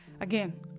again